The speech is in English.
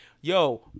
yo